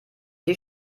die